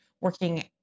working